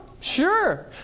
Sure